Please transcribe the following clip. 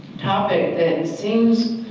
topic that seems